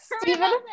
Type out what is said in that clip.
Stephen